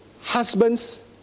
Husbands